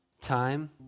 time